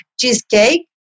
cheesecake